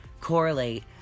correlate